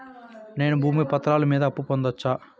నేను భూమి పత్రాల మీద అప్పు పొందొచ్చా?